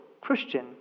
Christian